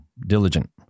diligent